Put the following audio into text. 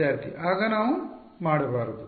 ವಿದ್ಯಾರ್ಥಿ ಆಗ ನಾವು ಮಾಡಬಾರದು